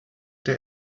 der